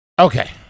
Okay